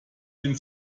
den